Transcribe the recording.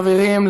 חברים,